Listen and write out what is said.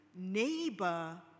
neighbor